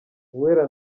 uwera